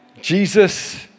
Jesus